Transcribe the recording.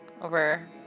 Over